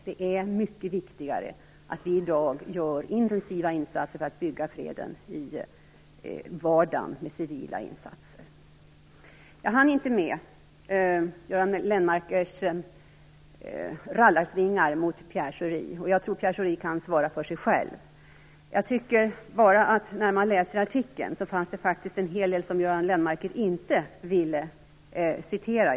Det är mycket viktigare att vi i dag gör intensiva insatser för att bygga freden i vardagen med civila insatser. Jag hann inte med Göran Lennmarkers rallarsvingar mot Pierre Schori. Jag tror att Pierre Schori kan svara för sig själv. Men när man läser artikeln ser man att det faktiskt fanns en hel del som Göran Lennmarker inte ville citera.